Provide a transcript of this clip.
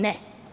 Ne.